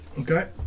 Okay